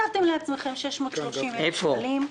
הקצבתם לעצמכם 630,000 שקלים.